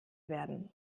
werden